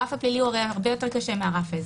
הרף הפלילי הוא הרי הרבה יותר קשה מהרף האזרחי.